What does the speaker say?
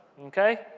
okay